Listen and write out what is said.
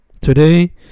Today